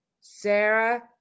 Sarah